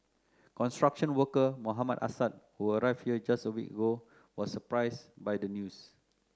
construction worker Mohammed Assad who arrived here just a week ago was surprise by the news